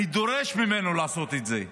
אני דורש ממנו לעשות את זה,